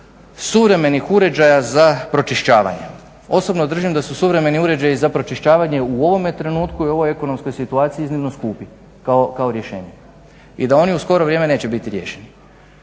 suvremenih uređaja za pročišćavanje. Osobno držim da su suvremeni uređaji za pročišćavanje u ovome trenutku i u ovoj ekonomskoj situaciji iznimno skupi kao rješenje i da oni u skoro vrijeme neće biti riješeni.